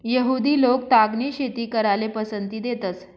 यहुदि लोक तागनी शेती कराले पसंती देतंस